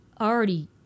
already